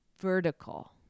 vertical